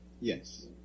Yes